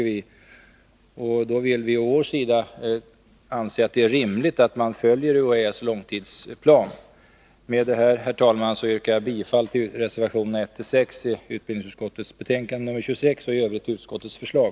Vi å vår sida anser att det är rimligt att man följer UHÄ:s långtidsplan. Med detta, herr talman, yrkar jag bifall till reservationerna 1-6 i utbildningsutskottets betänkande 26 och i övrigt bifall till utskottets förslag.